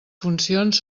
funcions